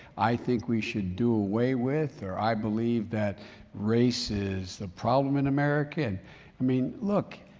i think we should do away with, or i believe that race is the problem in america and i mean, look,